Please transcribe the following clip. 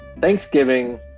Thanksgiving